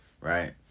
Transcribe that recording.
right